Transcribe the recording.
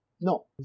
No